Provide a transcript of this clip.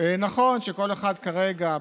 נכון שכל אחד כרגע,